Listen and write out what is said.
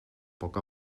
poc